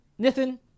nithin